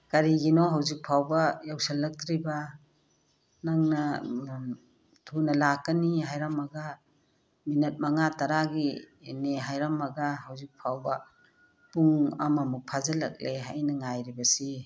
ꯀꯔꯤꯒꯤꯅꯣ ꯍꯧꯖꯤꯛꯐꯥꯎꯕ ꯌꯨꯁꯜꯂꯛꯇ꯭ꯔꯤꯕ ꯅꯪꯅ ꯊꯨꯅ ꯂꯥꯛꯀꯅꯤ ꯍꯥꯏꯔꯝꯃꯒ ꯃꯤꯅꯠ ꯃꯉꯥ ꯇꯔꯥꯒꯤꯅꯤ ꯍꯥꯏꯔꯝꯃꯒ ꯍꯧꯖꯤꯛꯐꯥꯎꯕ ꯄꯨꯡ ꯑꯃꯃꯨꯛ ꯐꯥꯖꯤꯟꯂꯛꯂꯦ ꯑꯩꯅ ꯉꯥꯏꯔꯤꯕꯁꯤ